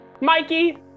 Mikey